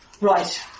Right